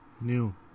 New